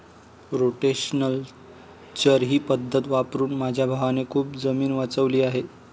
rotational चर ही पद्धत वापरून माझ्या भावाने खूप जमीन वाचवली आहे